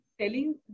telling